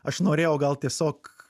aš norėjau gal tiesiog